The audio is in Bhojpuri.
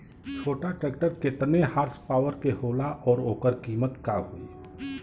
छोटा ट्रेक्टर केतने हॉर्सपावर के होला और ओकर कीमत का होई?